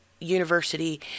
university